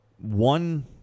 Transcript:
one